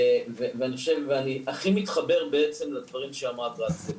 ואני הכי מתחבר בעצם לדברים שאמרה גרציה.